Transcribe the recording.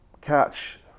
Catch